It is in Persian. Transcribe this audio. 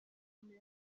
قندهای